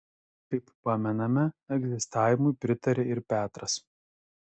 kaip pamename egzistavimui pritarė ir petras